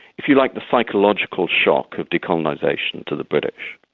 if you like the psychological shock of decolonisation to the british.